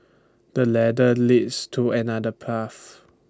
this ladder leads to another path